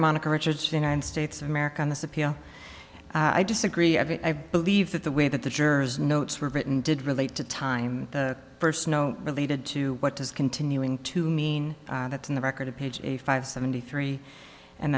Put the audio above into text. monica richards united states of america on this appeal i disagree i believe that the way that the jurors notes were written did relate to time the first snow related to what does continuing to mean that's in the record of page five seventy three and